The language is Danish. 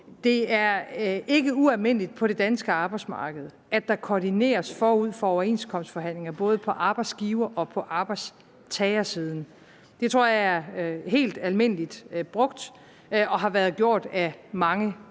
Det er ikke ualmindeligt på det danske arbejdsmarked, at der koordineres forud for overenskomstforhandlinger både på arbejdsgiver- og arbejdstagerside. Det tror jeg er helt almindeligt brugt, og at det har været brugt i mange